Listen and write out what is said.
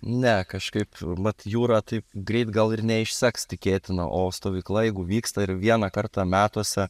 ne kažkaip vat jūra taip greit gal ir neišseks tikėtina o stovykla jeigu vyksta ir vieną kartą metuose